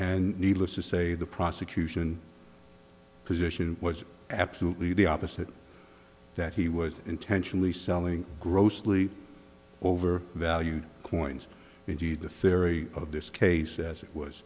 and needless to say the prosecution position was absolutely the opposite that he was intentionally selling grossly over valued coins indeed the theory of this case as it was